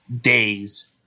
days